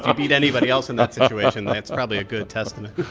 ah beat anybody else in that situation, then it's probably a good testament.